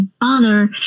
father